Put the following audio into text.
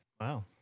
Wow